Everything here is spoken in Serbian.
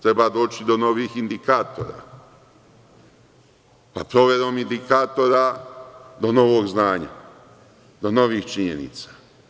Treba doći do novih indikatora, pa proverom indikatora do novog znanja, do novih činjenica.